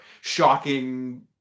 shocking